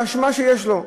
לאשמה שיש לו.